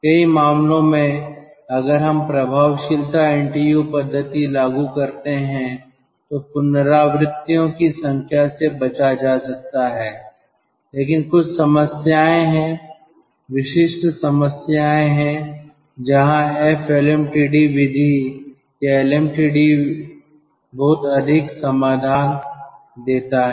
कई मामलों में अगर हम प्रभावशीलता एनटीयू पद्धति लागू करते हैं तो पुनरावृत्तियों की संख्या से बचा जा सकता है लेकिन कुछ समस्याएं हैं विशिष्ट समस्याएं हैं जहां एफ एलएमटीडी विधि या एलएमटीडी बहुत जल्दी समाधान देता है